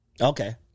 Okay